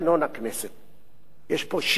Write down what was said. יש פה שדרוג גדול מאוד